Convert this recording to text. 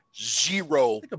zero